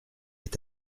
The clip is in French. est